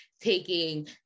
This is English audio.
taking